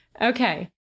Okay